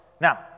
Now